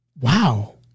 wow